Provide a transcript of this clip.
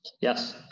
Yes